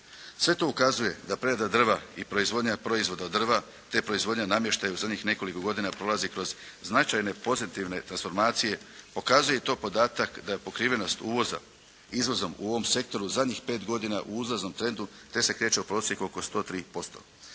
Sve to ukazuje da prerada drva i proizvodnja proizvoda od drva te proizvodnja namještaja u zadnjih nekoliko godina prolazi kroz značajne pozitivne transformacije pokazuje i to podatak da je pokrivenost uvoza izvozom u ovom sektoru u zadnjih 5 godina u uzlaznom trendu te se kreće u prosjeku oko 103%.